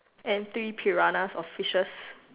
and three piranhas of fishes